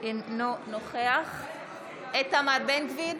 אינו נוכח איתמר בן גביר,